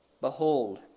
Behold